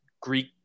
Greek